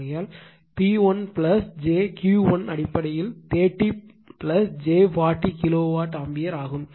ஆகையால் P1 j Q 1 அடிப்படையில் 30 j 40 kilovolt ampere ஆகும்